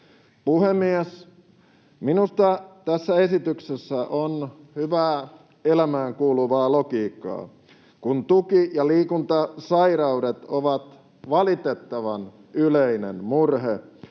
Puhemies! Minusta tässä esityksessä on hyvää elämään kuuluvaa logiikkaa. Kun tuki- ja liikuntaelinsairaudet ovat valitettavan yleinen murhe,